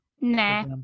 Nah